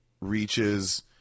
reaches